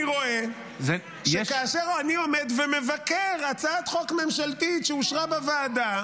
אני רואה שכאשר אני עומד ומבקר הצעת חוק ממשלתית שאושרה בוועדה,